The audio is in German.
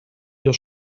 ihr